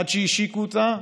עד שהשיקו אותה,